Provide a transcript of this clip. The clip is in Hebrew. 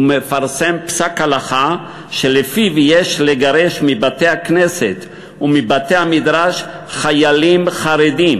פסק הלכה שלפיו יש לגרש מבתי-הכנסת ומבתי-המדרש חיילים חרדים,